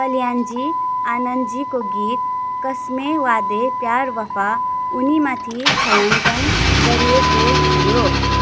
कल्याणजी आनन्दजीको गीत कस्मे वादे प्यार वफा उनीमाथि छायाङ्कन गरिएको थियो